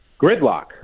gridlock